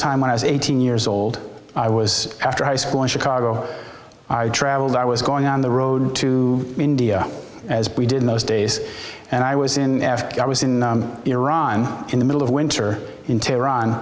when i was eighteen years old i was after high school in chicago i traveled i was going on the road to india as we did in those days and i was in africa i was in iran in the middle of winter in